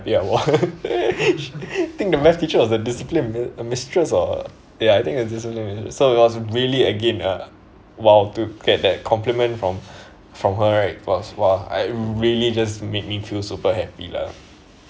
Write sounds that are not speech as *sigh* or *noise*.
*laughs* think the best teacher was the discipline a a mistress or ya I think it's a discipline mistress so it was really again a !wow! to get that compliment from from her right was !wah! I really just made me feel super happy lah